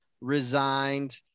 resigned